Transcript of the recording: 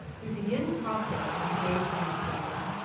we begin the process, in today's demonstration,